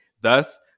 thus